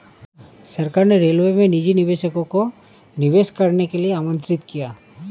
सरकार ने रेलवे में निजी निवेशकों को निवेश करने के लिए आमंत्रित किया